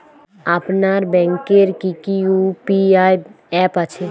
আপনার ব্যাংকের কি কি ইউ.পি.আই অ্যাপ আছে?